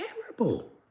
terrible